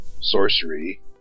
sorcery